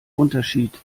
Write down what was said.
unterschied